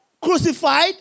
crucified